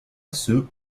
ceux